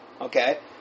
Okay